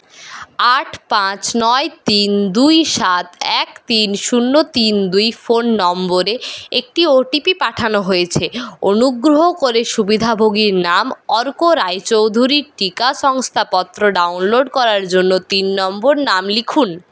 আট পাঁচ নয় তিন দুই সাত এক তিন শূন্য তিন দুই ফোন নম্বরে একটি ও টি পি পাঠানো হয়েছে অনুগ্রহ করে সুবিধাভোগীর নাম অর্ক রায়চৌধুরীর টিকা শংসাপত্র ডাউনলোড করার জন্য তিন নং নাম লিখুন